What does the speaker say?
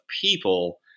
people